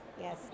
Yes